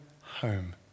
home